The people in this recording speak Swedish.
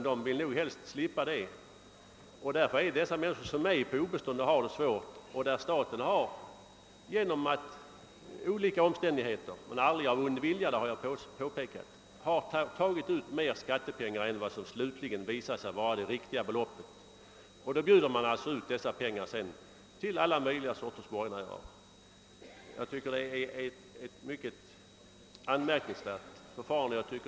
Det är de människor som har kommit på obestånd och har det svårt som råkar ut för att staten på grund av olika omständigheter — men aldrig av ond vilja, det har jag påpekat — tar mer skattepengar än vad som slutligen visar sig vara det riktiga beloppet och sedan bjuder ut dessa pengar till alla möjliga sorters borgenärer. Enligt min mening är det ett mycket anmärkningsvärt förfarande.